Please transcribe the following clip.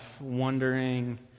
wondering